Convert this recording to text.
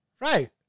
Right